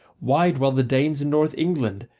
why dwell the danes in north england,